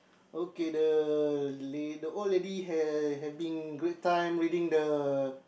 okay the la~ the old lady having great time reading the